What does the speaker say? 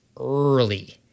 early